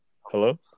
Hello